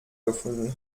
gefunden